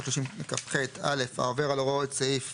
330כח (א) "העובר על הוראות סעיף